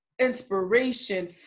inspiration